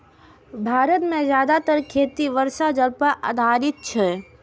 भारत मे जादेतर खेती वर्षा जल पर आधारित छै